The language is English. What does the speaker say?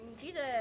Jesus